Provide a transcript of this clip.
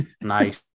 Nice